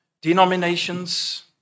denominations